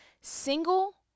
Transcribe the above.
single